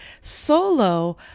solo